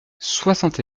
soixante